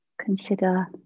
consider